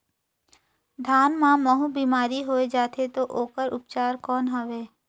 धान मां महू बीमारी होय जाथे तो ओकर उपचार कौन हवे?